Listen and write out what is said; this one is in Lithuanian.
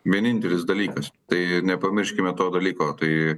vienintelis dalykas tai nepamirškime to dalyko tai